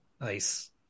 Nice